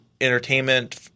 entertainment